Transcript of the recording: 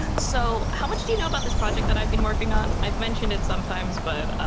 so how much do you know about this project that i've been working on? i've mentioned it sometimes, but